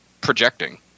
projecting